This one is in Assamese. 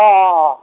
অঁ অঁ অঁ